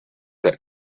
that